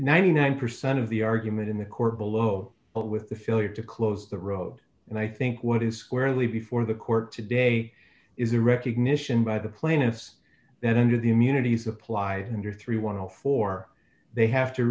ninety nine percent of the argument in the court below but with the failure to close the road and i think what is squarely before the court today is a recognition by the plaintiffs that under the immunity supply and are three want to four they have to